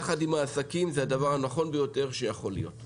יחד עם העסקים, זה הדבר הנכון ביותר שיכול להיות.